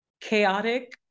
chaotic